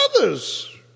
others